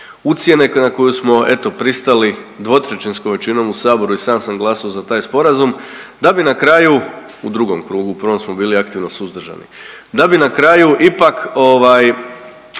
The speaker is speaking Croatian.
ucjena na koju smo eto pristali 2/3 većinom u saboru i sam sam glasao za taj sporazum da bi na kraju, u drugom krugu u prvom smo bili aktivno suzdržani, da bi na kraju ipak